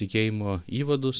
tikėjimo įvadus